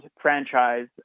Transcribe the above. franchise